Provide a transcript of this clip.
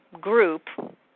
group